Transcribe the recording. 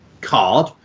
card